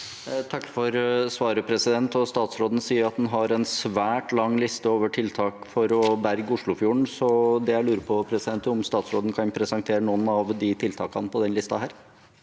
takker for svaret. Statsråden sier at han har en svært lang liste over tiltak for å berge Oslofjorden. Det jeg lurer på, er om statsråden kan presentere noen av tiltakene på den listen.